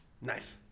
Nice